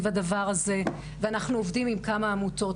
הדבר הזה ואנחנו עובדים עם כמה עמותות.